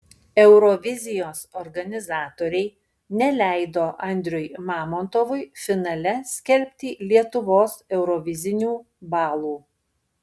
eurovizijos organizatoriai neleido andriui mamontovui finale skelbti lietuvos eurovizinių balų